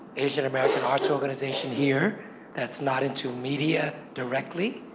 asian american arts organization here that's not into media directly.